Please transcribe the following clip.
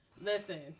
Listen